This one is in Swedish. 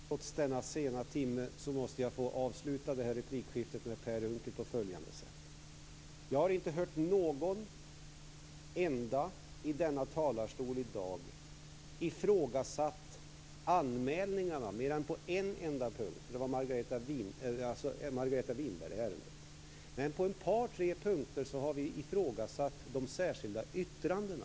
Fru talman! Trots denna sena timme måste jag få avsluta detta replikskifte med Per Unckel på följande sätt: Jag har inte hört att någon enda i denna talarstol i dag ifrågasatt anmälningarna mer än på en enda punkt, och det var ärendet med Margareta Winberg. Men på ett par tre punkter har vi ifrågasatt de särskilda yttrandena.